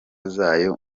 zayo